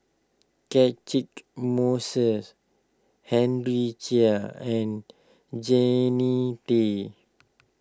Catchick Moses Henry Chia and Jannie Tay